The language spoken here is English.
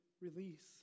release